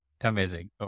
Amazing